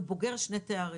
הוא בוגר שני תארים,